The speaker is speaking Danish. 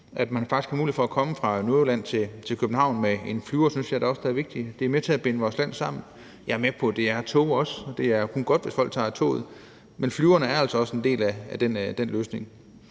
at man faktisk har mulighed for at komme fra Nordjylland til København med en flyver. Det synes jeg da også er vigtigt. Det er med til at binde vores land sammen. Jeg er med på, at det er tog også, og det er kun godt, hvis folk tager toget, men flyveren er altså også en del af den løsning.